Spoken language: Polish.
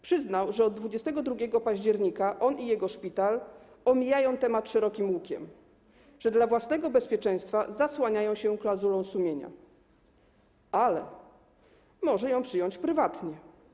Przyznał, że od 22 października on i jego szpital omijają temat szerokim łukiem, że dla własnego bezpieczeństwa zasłaniają się klauzulą sumienia, ale może ją przyjąć prywatnie.